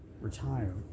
retire